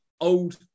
old